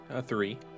Three